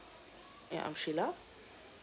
ya I'm sheila